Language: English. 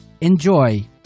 Enjoy